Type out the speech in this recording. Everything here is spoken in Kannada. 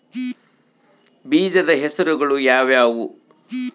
ಬೇಜದ ಹೆಸರುಗಳು ಯಾವ್ಯಾವು?